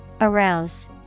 Arouse